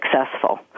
successful